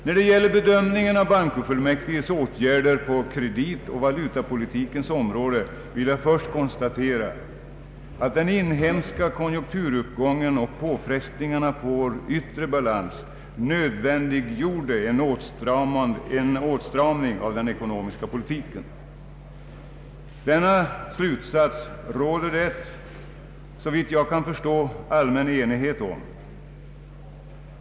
När det gäller bedömningen av bankofullmäktiges åtgärder på kreditoch valutapolitikens områden vill jag först konstatera att den inhemska konjunkturuppgången och påfrestningarna på vår yttre balans nödvändiggjorde en åtstramning av den ekonomiska politiken. Denna slutsats råder det, såvitt jag kan förstå, allmän enighet om.